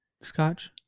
scotch